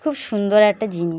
খুব সুন্দর একটা জিনিস